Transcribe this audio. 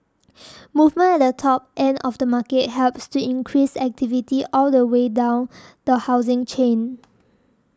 movement at the top end of the market helps to increase activity all the way down the housing chain